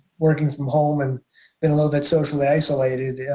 working from home and been a little bit socially isolated,